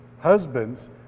husbands